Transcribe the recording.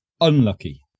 unlucky